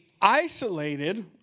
isolated